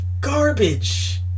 garbage